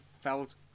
felt